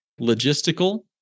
logistical